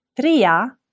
Tria